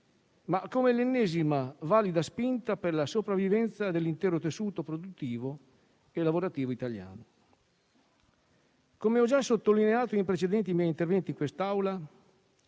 ma come l'ennesima, valida spinta per la sopravvivenza dell'intero tessuto produttivo e lavorativo italiano. Come ho già sottolineato nei miei precedenti interventi in quest'Aula,